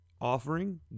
offering